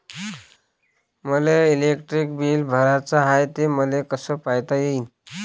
मले electric bill भराचं हाय, ते मले कस पायता येईन?